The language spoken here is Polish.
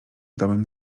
domem